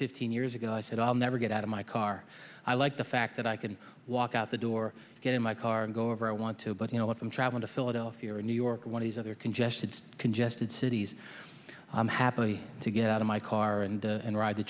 fifteen years ago i said i'll never get out of my car i like the fact that i can walk out the door get in my car and go over i want to but you know if i'm traveling to philadelphia or new york one of these other congested congested cities i'm happy to get out of my car and and ride the